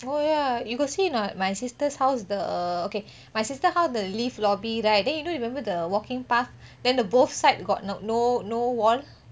oh ya you got see not my sister's house the okay my sister house the lift lobby right then you know you remember the walking path then the both side got no no no wall